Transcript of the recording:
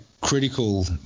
critical